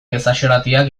ezaxolatiak